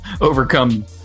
overcome